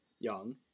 young